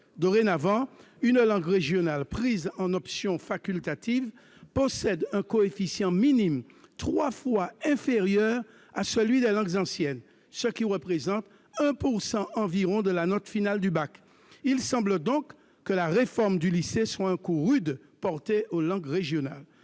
Dorénavant, une langue régionale prise en option facultative possède un coefficient minime, trois fois inférieur à celui des langues anciennes, ce qui représente 1 % environ de la note finale du bac. Il semble donc que la réforme du lycée soit un coup rude porté aux langues régionales.